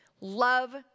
love